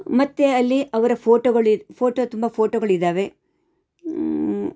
ಮತ್ತು ಅಲ್ಲಿ ಅವರ ಫೋಟೋಗಳು ಫೋಟೋ ತುಂಬ ಫೋಟೋಗಳಿದ್ದಾವೆ